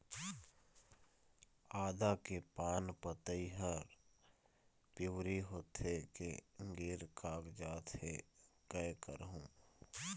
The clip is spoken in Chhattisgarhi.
आदा के पान पतई हर पिवरी होथे के गिर कागजात हे, कै करहूं?